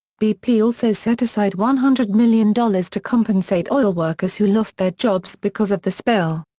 bp also set aside one hundred million dollars to compensate oil workers who lost their jobs because of the spill.